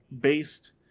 based